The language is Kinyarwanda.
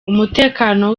umutekano